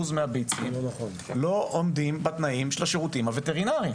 מהביצים לא עומדים בתנאים של השירותים הווטרינריים.